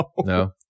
No